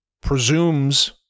presumes